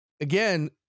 again